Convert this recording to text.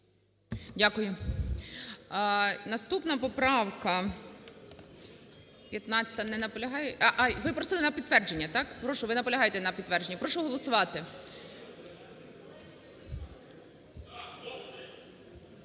15-а. Не наполягають. А, ви просили на підтвердження, так? Прошу, ви наполягаєте на підтвердженні? Прошу голосувати.